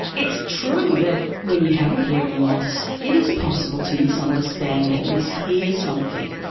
it's true that when you have a hearing loss, it is possible to misunderstand or mishear something.